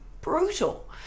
brutal